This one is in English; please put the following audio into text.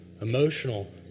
emotional